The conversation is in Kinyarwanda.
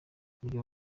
urugero